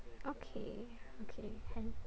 okay okay can